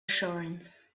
assurance